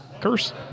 curse